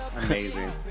amazing